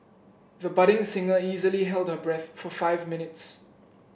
the budding singer easily held her breath for five minutes